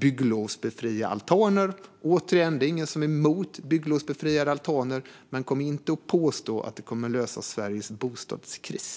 bygglovsbefria altaner. Det är återigen ingen som är emot bygglovsbefriade altaner, men kom inte och påstå att detta kommer att lösa Sveriges bostadskris.